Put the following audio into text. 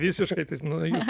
visiškai nu jūs